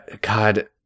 God